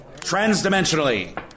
transdimensionally